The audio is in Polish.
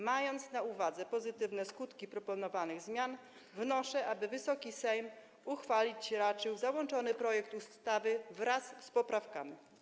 Mając na uwadze pozytywne skutki proponowanych zmian, wnoszę, aby Wysoki Sejm uchwalić raczył załączony projekt ustawy wraz z poprawkami.